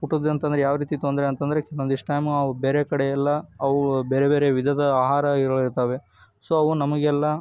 ಊಟದ ಅಂತಂದ್ರೆ ಯಾವ ರೀತಿ ತೊಂದರೆ ಅಂತ ಅಂದ್ರೆ ಕೆಲವೊಂದಿಷ್ಟು ಟೈಮ್ ಅವು ಬೇರೆ ಕಡೆ ಎಲ್ಲ ಅವು ಬೇರೆ ಬೇರೆ ವಿಧದ ಆಹಾರಗಳಿರ್ತಾವೆ ಸೊ ಅವು ನಮಗೆಲ್ಲ